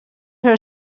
her